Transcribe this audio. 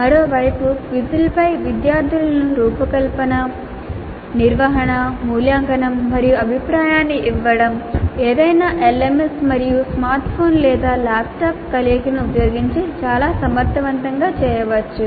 మరోవైపు క్విజ్లపై విద్యార్థులకు రూపకల్పన నిర్వహణ మూల్యాంకనం మరియు అభిప్రాయాన్ని ఇవ్వడం ఏదైనా LMS మరియు స్మార్ట్ ఫోన్లు లేదా ల్యాప్టాప్ల కలయికను ఉపయోగించి చాలా సమర్థవంతంగా చేయవచ్చు